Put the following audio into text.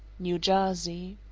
new jersey.